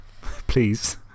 Please